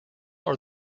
are